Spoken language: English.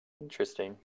Interesting